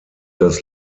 das